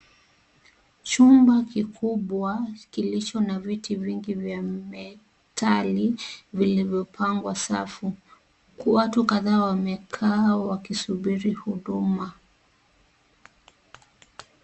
Chumba kikubwa kilicho na viti vingi vya metali vilivyopangwa safu, watu kadhaa wamekaa wakisubiri huduma.